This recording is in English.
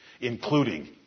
including